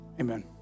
amen